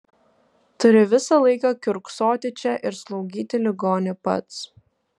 turi visą laiką kiurksoti čia ir slaugyti ligonį pats